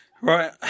Right